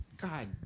God